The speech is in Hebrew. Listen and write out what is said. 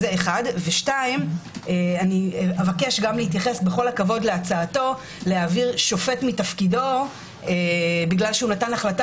לכן אשה כזו הרבה פעמים תתקשה בהחזרת